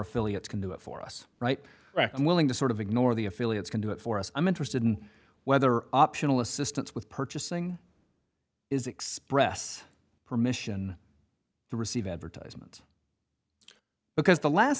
affiliates can do it for us right i'm willing to sort of ignore the affiliates can do it for us i'm interested in whether optional assistance with purchasing is express permission to receive advertisement because the last